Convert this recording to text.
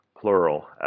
plural